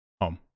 Home